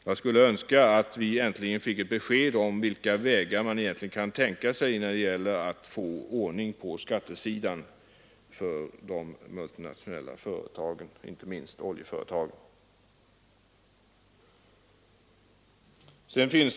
Jag skulle önska att vi äntligen fick besked om vilka vägar man egentligen kan tänka sig när det gäller att få ordning på skattesidan för de multinationella företagen, inte minst oljeföretagen.